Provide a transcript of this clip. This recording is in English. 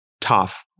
tough